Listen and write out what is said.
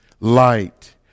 light